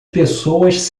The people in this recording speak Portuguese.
pessoas